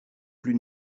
plus